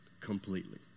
completely